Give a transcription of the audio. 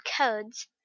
codes